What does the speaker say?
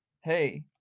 Hey